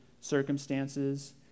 circumstances